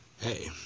Hey